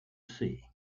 see